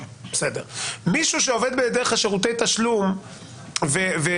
מישהו שעובד דרך שירותי תשלום ונמצא